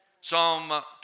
Psalm